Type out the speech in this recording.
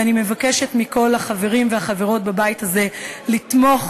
ואני מבקשת מכל החברים והחברות בבית הזה לתמוך